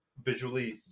Visually